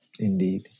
indeed